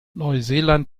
neuseeland